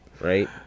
right